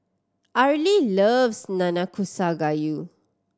Arley loves Nanakusa Gayu